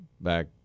back